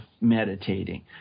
meditating